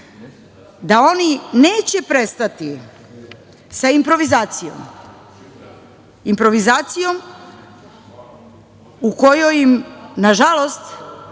da oni neće prestati sa improvizacijom, improvizacijom u kojoj im, nažalost,